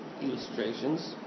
illustrations